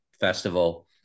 Festival